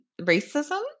racism